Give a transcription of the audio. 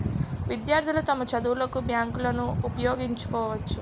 విద్యార్థులు తమ చదువులకు బ్యాంకులను ఉపయోగించుకోవచ్చు